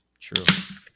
True